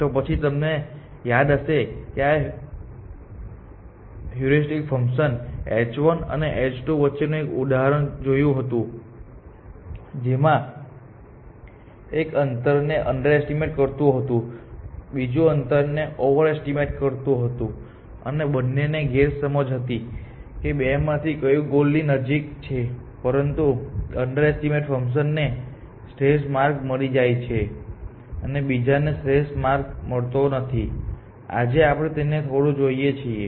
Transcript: તો પછી તમને યાદ હશે કે આ 2 હ્યુરિસ્ટિક ફંકશન h1 અને h2 વચ્ચેનું એક ઉદાહરણ જોયું હતું જેમાંથી એક અંતરને અંડરએસ્ટીમેટ કરતુ હતું બીજું અંતરને ઓવરએસ્ટીમેટ કરતુ હતું અને બંનેને ગેરસમજ હતી કે બે માંથી કયું ગોલ ની નજીક છે પરંતુ અંડરએસ્ટીમેટ ફંકશન ને શ્રેષ્ઠ માર્ગ મળી જાય છે અને બીજા ને શ્રેષ્ઠ માર્ગ મળતો નથી આજે આપણે તેને થોડો જોઈએ છીએ